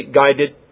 guided